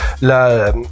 la